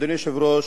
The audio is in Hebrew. אדוני היושב-ראש,